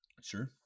Sure